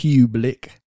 public